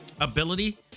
ability